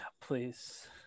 please